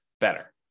better